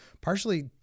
partially